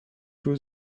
روز